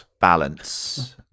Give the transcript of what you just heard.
balance